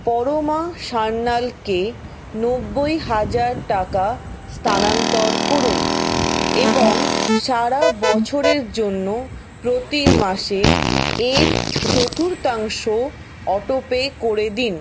পরমা সান্যালকে নব্বই হাজার টাকা স্থানান্তর করুন এবং সারা বছরের জন্য প্রতি মাসে এর চতুর্থাংশ অটোপে করে দিন